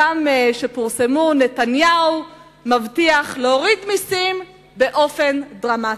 גם שפורסמו: נתניהו מבטיח להוריד מסים באופן דרמטי.